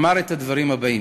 אמר את הדברים הבאים: